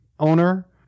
Owner